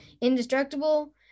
Indestructible